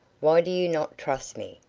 why do you not trust me?